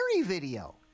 video